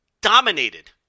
Dominated